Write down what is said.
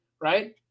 right